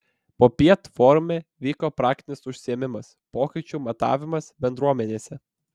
popiet forume vyko praktinis užsiėmimas pokyčių matavimas bendruomenėse